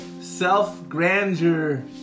Self-grandeur